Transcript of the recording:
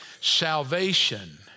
salvation